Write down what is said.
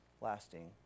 lasting